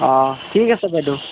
অ ঠিক আছে বাইদেউ